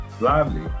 Lively